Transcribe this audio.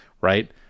right